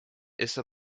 está